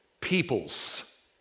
peoples